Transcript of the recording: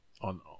on